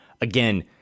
again